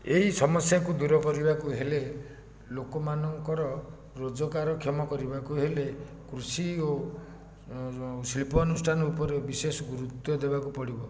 ଏଇ ସମସ୍ୟାକୁ ଦୂରକରିବାକୁ ହେଲେ ଲୋକମାନଙ୍କର ରୋଜଗାରକ୍ଷମ କରିବାକୁ ହେଲେ କୃଷି ଓ ଶିଳ୍ପ ଅନୁଷ୍ଠାନ ଉପରେ ବିଶେଷ ଗୁରୁତ୍ଵ ଦେବାକୁ ପଡ଼ିବ